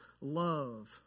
love